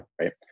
right